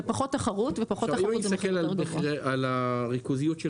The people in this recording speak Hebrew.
זה פחות תחרות, ופחות תחרות זה